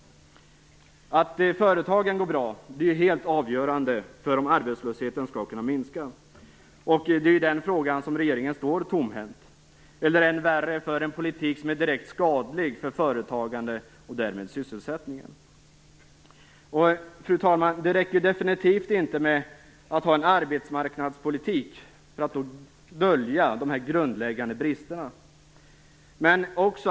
Att företagen går bra är helt avgörande för om arbetslösheten skall kunna minska. Det är i den frågan som regeringen står tomhänt, eller - än värre - för en politik som är direkt skadlig för företagande och därmed för sysselsättningen. Fru talman! Det räcker definitivt inte att ha en arbetsmarknadspolitik som döljer dessa grundläggande brister.